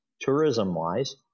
tourism-wise